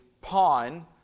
pawn